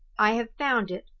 i have found it!